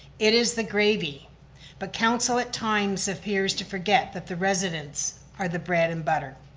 it is the gravy but council, at times, appears to forget that the residents are the bread and butter.